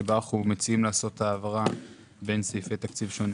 שבה אנו מציעים לעשות העברה בין סעיפי תקציב שונים.